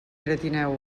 gratineu